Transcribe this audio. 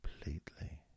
completely